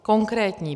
Konkrétní.